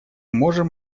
можем